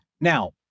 Now